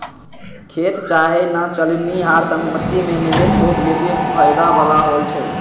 खेत चाहे न चलनिहार संपत्ति में निवेश बहुते बेशी फयदा बला होइ छइ